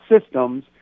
systems